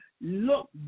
look